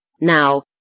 Now